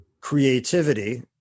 creativity